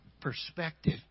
perspective